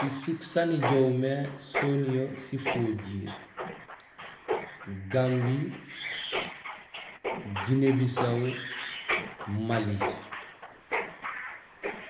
Sisuk saan ijoow mé soniyee sifojiir: Gambie, Guinée Bissau, Mali.